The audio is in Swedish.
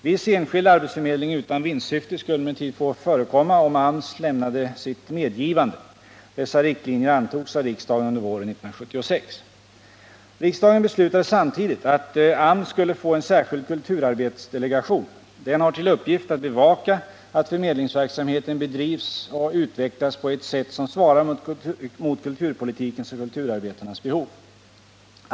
Viss enskild arbetsförmedling utan vinstsyfte skulle emellertid få förekomma, om AMS lämnade sitt medgivande. Dessa riktlinjer antogs av riksdagen under våren 1976. Riksdagen beslutade samtidigt att AMS skulle få en särskild kulturarbetsdelegation. Den har till uppgift att bevaka att förmedlingsverksamheten bedrivs och utvecklas på ett sätt som svarar mot kulturpolitikens och kulturarbetarnas behov.